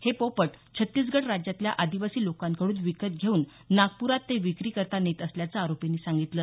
हे पोपट छत्तीसगढ राज्यातल्या आदिवासी लोकांकडून विकत घेऊन नागपूरात ते विक्रीकरिता नेत असल्याचं आरोपींनी सांगितलं